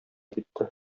китте